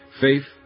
faith